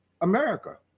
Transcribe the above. america